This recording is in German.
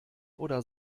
oder